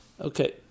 Okay